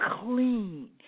clean